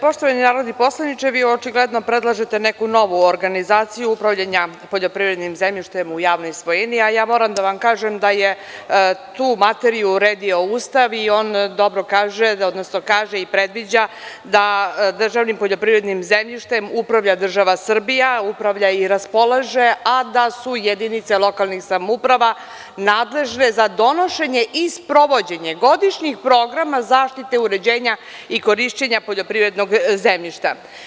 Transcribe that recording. Poštovani narodni poslaniče, vi očigledno predlažete neku novu organizaciju upravljanja poljoprivrednim zemljištem u javnom svojini, a ja moram da vam kažem da je tu materiju uredio Ustav i on dobro kaže, odnosno kaže i predviđa da državnim poljoprivrednim zemljištem upravlja država Srbija, upravlja i raspolaže, a da su jedinice lokalnih samouprava nadležne za donošenje i sprovođenje godišnjih programa zaštite uređenja i korišćenja poljoprivrednog zemljišta.